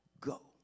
go